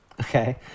Okay